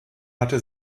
hatte